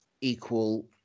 equal